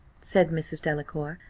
said mrs. delacour.